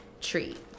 treat